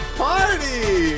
party